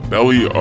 Belly